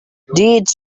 deeds